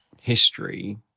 history